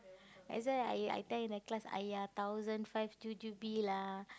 that's why I I I tell in the class !aiya! thousand five jujube lah